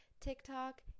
TikTok